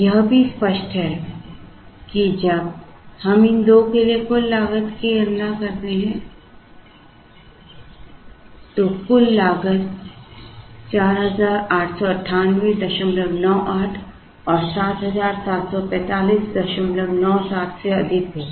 यह भी स्पष्ट है कि जब हम इन 2 के लिए कुल लागत की गणना करते हैं तो कुल लागत 489898 और 774597 से अधिक होगी